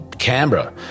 Canberra